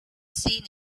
seen